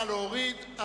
סעיף 42,